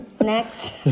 Next